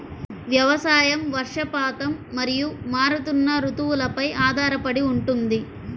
వ్యవసాయం వర్షపాతం మరియు మారుతున్న రుతువులపై ఆధారపడి ఉంటుంది